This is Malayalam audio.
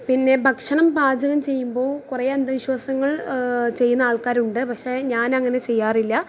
പിന്നെ ഭക്ഷണം പാചകം ചെയ്യുമ്പോൾ കുറേ അന്ധവിശ്വാസങ്ങൾ ചെയ്യുന്ന ആൾക്കാരുണ്ട് പക്ഷേ ഞാൻ അങ്ങനെ ചെയ്യാറില്ല